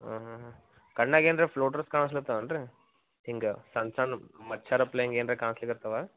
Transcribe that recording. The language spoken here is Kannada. ಹಾಂ ಹಾಂ ಹಾಂ ಕಣ್ಣಾಗ ಏನ್ರ ಫ್ಲೋಡ್ರಸ್ ಕಾಣಸ್ಲತಾವ ಏನು ರೀ ಹಿಂಗೆ ಸಣ್ಣ ಸಣ್ಣದ ಮಚ್ಚರ್ ಪ್ಲೇಯಿಂಗ್ ಏನ್ರ ಕಾಣಿಸ್ಲಿಕ್ಕತಾವ